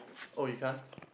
oh you can't